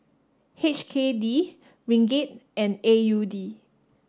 H K D Ringgit and A U D